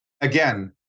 again